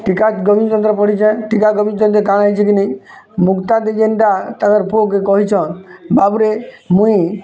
ଟୀକା ଗୋବିନ୍ଦଚନ୍ଦ୍ର ପଢ଼ିଚେଁ ଟିକା ଗୋବିନ୍ଦଚନ୍ଦ୍ର କାଣା ହେଇଚିକି ନେହିଁ ମୁକ୍ତା ଦେଇ ତିନିଟା ତାଙ୍କର୍ ପୁଅ କେ କହିଛନ୍ ବାପ୍ ରେ ମୁଇଁ